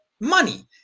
money